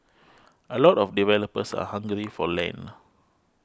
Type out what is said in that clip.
a lot of developers are hungry for land